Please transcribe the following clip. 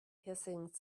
hissing